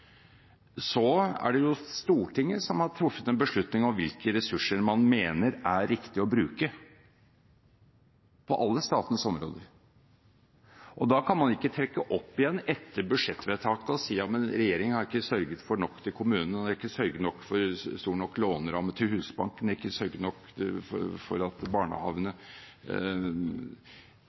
er det jo Stortinget som har truffet en beslutning om hvilke ressurser man mener det er riktig å bruke, på alle statens områder. Da kan man ikke trekke opp igjen etter budsjettvedtaket og si: Ja, men regjeringen har ikke sørget for nok til kommunene, det er ikke sørget for stor nok låneramme til Husbanken og ikke sørget for nok til barnehagene. I